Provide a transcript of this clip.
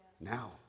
now